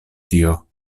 tio